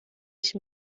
ich